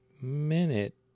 minute